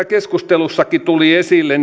keskustelussakin tuli esille